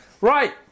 Right